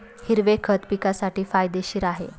हिरवे खत पिकासाठी फायदेशीर आहे